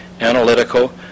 analytical